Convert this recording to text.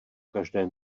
každé